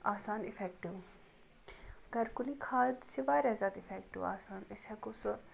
آسان اِفٮ۪کٹِو گَرکُلی کھاد چھِ واریاہ زیادٕ اِفٮ۪کٹِو آسان أسۍ ہٮ۪کو سُہ